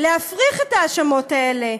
להפריך את ההאשמות האלה,